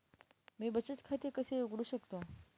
मी बचत खाते कसे उघडू शकतो?